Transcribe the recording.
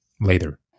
later